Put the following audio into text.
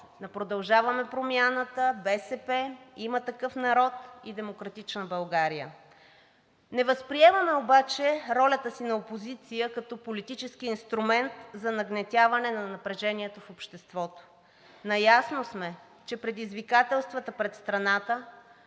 „Продължаваме Промяната“, БСП, „Има такъв народ“ и „Демократична България“. Не възприемаме обаче ролята си на опозиция като политически инструмент за нагнетяване на напрежението в обществото. Наясно сме, че предизвикателствата пред страната